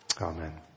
Amen